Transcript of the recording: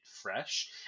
fresh